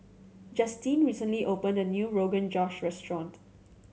Justine recently opened a new Rogan Josh Restaurant